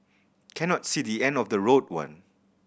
cannot see the end of the road one